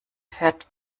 fährt